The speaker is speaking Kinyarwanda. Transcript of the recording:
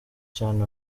cyane